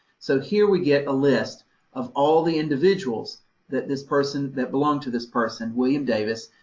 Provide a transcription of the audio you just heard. so here we get a list of all the individuals that this person, that belonged to this person, william davis.